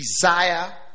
desire